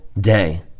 day